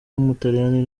w’umutaliyani